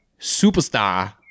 superstar